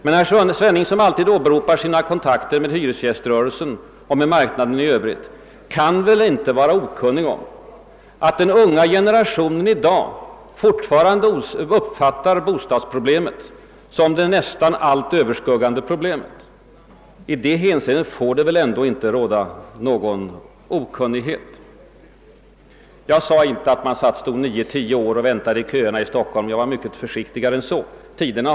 Herr Svenning, som alltid åberopar sina kontakter med hyresgäströrelsen och med bostadsmarknaden i övrigt, kan väl inte vara alldeles okunnig om att den unga generationen i dag fortfarande uppfattar bostadsfrågan som det nästan allt överskuggande problemet. I det hänseendet får det inte råda någon okunnighet! Jag sade inte att man får stå 9—10 år i kön för en bostad i Stockholm; jag var mycket försiktigare i mitt uttalande än så.